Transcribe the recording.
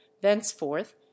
Thenceforth